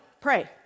pray